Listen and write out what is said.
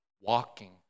Walking